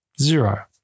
zero